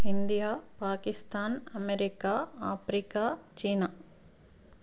India Pakistan America Africa China